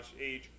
age